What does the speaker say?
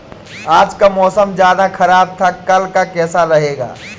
आज का मौसम ज्यादा ख़राब था कल का कैसा रहेगा?